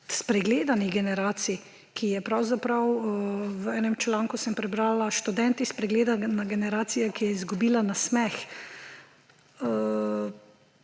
spregledanih generacij, ki je … Pravzaprav sem v enem članku prebrala Študenti ‒ spregledane generacije, ki je izgubila nasmeh.